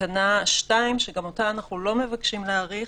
ותקנה (2), שגם אותה אנחנו לא מבקשים להאריך,